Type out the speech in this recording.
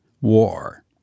war